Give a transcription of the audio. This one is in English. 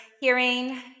hearing